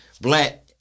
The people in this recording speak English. black